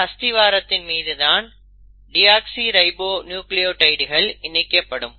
இந்த அஸ்திவாரத்தின் மீது தான் டிஆக்ஸிநியூக்ளியோடைடுகள் இணைக்கப்படும்